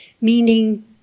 meaning